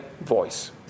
voice